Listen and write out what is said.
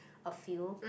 a few